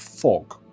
fog